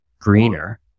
greener